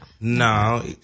No